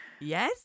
Yes